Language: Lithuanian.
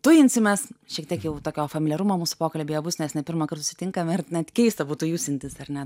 tujinsimės šiek tiek jau tokio familiarumo mūsų pokalbyje bus nes ne pirmąkart susitinkame ir net keista būtų jusintis ar ne